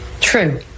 True